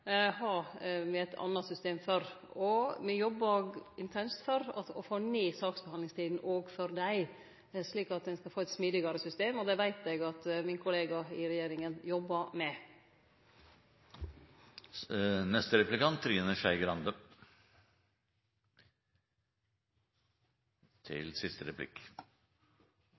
har me eit anna system for. Me jobbar intenst for å få ned saksbehandlingstida òg for dei, slik at ein skal få eit smidigare system. Det veit eg at min kollega i regjeringa jobbar med.